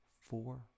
four